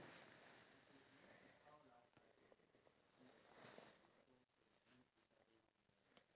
you'll constantly with the fact that you're with your phone at the end of the day it actually affects your health because